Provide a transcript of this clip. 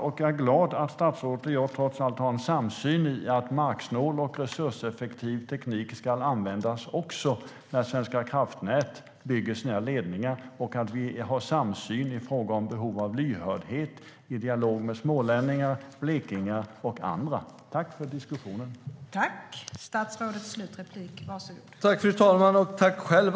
Jag är glad över att jag och statsrådet trots allt har en samsyn på att marksnål och resurseffektiv teknik ska användas också när Svenska kraftnät bygger sina ledningar. Vi har också samsyn i fråga om behovet av lyhördhet och dialog med smålänningar, blekingar och andra. Tack för diskussionen!